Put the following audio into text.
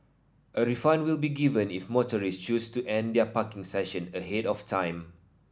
a refund will be given if motorists choose to end their parking session ahead of time